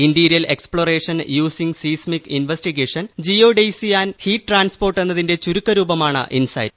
interior exploration using seismic investigation geodesy and heat transport എന്നതിന്റെ ചുരുക്ക രൂപമാണ് ഇൻസൈറ്റ്